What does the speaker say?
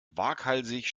waghalsig